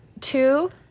two